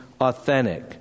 authentic